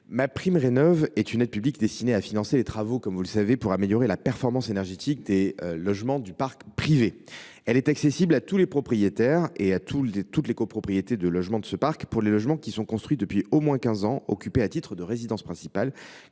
MaPrimeRénov’ est une aide publique destinée à financer les travaux pour améliorer la performance énergétique des logements du parc privé. Elle est accessible à tous les propriétaires et à toutes les copropriétés de logements de ce parc pour les logements qui sont construits depuis au moins quinze ans, occupés à titre de résidence principale,